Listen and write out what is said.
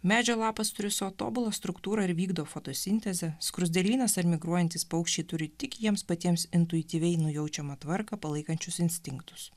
medžio lapas turi savo tobulą struktūrą ir vykdo fotosintezę skruzdėlynas ar migruojantys paukščiai turi tik jiems patiems intuityviai nujaučiamą tvarką palaikančius instinktus